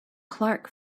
clark